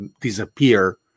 disappear